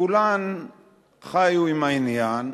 וכולן חיו עם העניין,